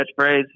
catchphrase